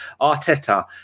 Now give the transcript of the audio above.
Arteta